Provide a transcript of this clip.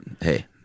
hey